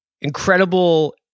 incredible